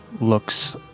looks